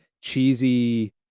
cheesy